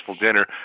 dinner